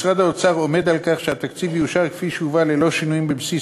משרד האוצר עומד על כך שהתקציב יאושר כפי שהובא ללא שינויים בבסיס